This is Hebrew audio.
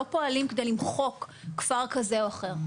לא פועלים כדי למחוק כפר כזה או אחר.